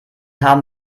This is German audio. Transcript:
haben